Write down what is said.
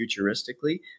futuristically